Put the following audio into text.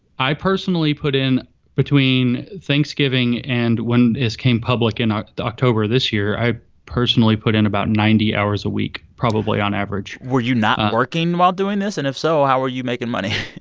i personally put in between thanksgiving and when this came public in ah october this year. i personally put in about ninety hours a week probably on average were you not working while doing this? and if so, how were you making money?